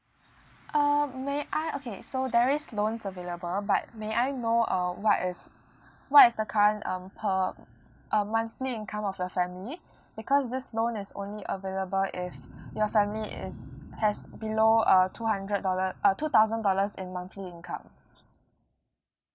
uh may I okay so there is loans available but may I know uh what is what is the current um per uh monthly income of your family because this loan is only available if your family is has below uh two hundred dollar uh two thousand dollars in monthly income